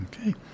Okay